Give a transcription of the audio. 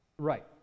Right